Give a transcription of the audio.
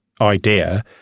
idea